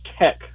Tech